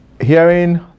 Hearing